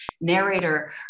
narrator